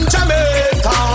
Jamaica